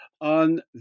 on